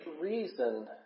reason